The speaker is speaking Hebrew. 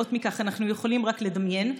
שנובעות מכך, אנחנו יכולים רק לדמיין.